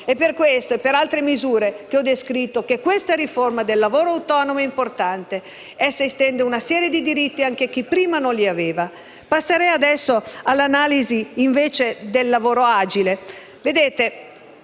È per questo, e per le altre misure, che ho detto che questa riforma del lavoro autonomo è importante. Essa estende una serie di diritti anche a chi prima non li aveva. Passo ora all'analisi del cosiddetto lavoro agile.